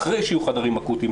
אחרי שיהיו החדרים האקוטיים.